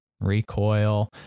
recoil